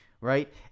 right